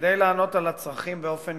כדי לענות על הצרכים באופן